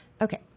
Okay